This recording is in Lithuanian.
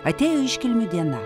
atėjo iškilmių diena